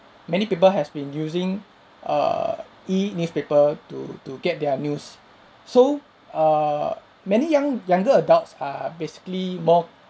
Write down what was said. many people has been using err e-newspaper to to get their news so err many young younger adults are basically more